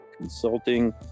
consulting